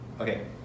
okay